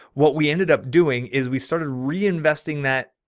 what we ended up doing is we started reinvesting that.